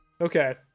Okay